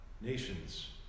nations